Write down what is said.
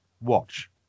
watch